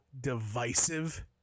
divisive